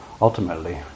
ultimately